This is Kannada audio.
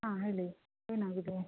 ಹಾಂ ಹೇಳಿ ಏನಾಗಿದೆ